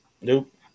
Nope